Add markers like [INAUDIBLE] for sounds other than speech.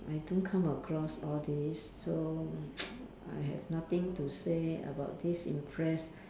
I don't come across all these so [NOISE] I have nothing to say about this impress